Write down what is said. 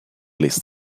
least